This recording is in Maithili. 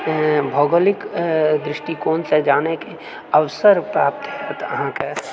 भौगोलिक दृष्टिकोणसँ जानएके अवसर प्राप्त होएत अहाँकेँ